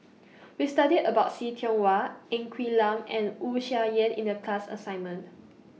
We studied about See Tiong Wah Ng Quee Lam and Wu Tsai Yen in The class assignment